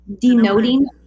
Denoting